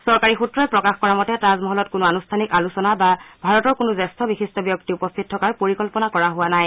চৰকাৰী সূত্ৰই প্ৰকাশ কৰা মতে তাজমহলত কোনো আনুষ্ঠানিক আলোচনা বা ভাৰতৰ কোনো জ্যেষ্ঠ বিশিষ্ট ব্যক্তি উপস্থিত থকাৰ পৰিকল্পনা কৰা হোৱা নাই